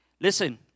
Listen